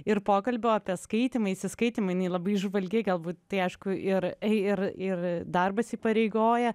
ir pokalbio apie skaitymą įsiskaitymą jinai labai įžvalgiai galbūt tai aišku ir ir darbas įpareigoja